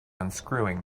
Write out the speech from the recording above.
unscrewing